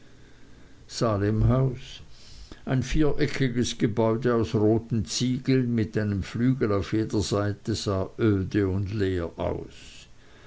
salemhaus ein viereckiges gebäude aus roten ziegeln mit einem flügel auf jeder seite sah öde und leer aus